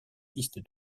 piste